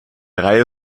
reihe